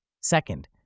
Second